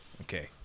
Okay